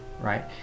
right